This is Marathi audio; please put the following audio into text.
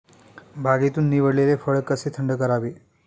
बागेतून निवडलेले फळ कसे थंड करावे?